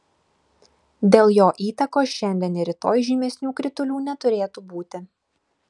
dėl jo įtakos šiandien ir rytoj žymesnių kritulių neturėtų būti